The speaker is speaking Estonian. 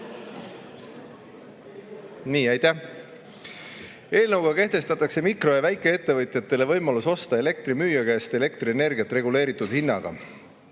ole. Nii, aitäh! Eelnõuga kehtestatakse mikro- ja väikeettevõtjatele võimalus osta elektrimüüja käest elektrienergiat reguleeritud hinnaga.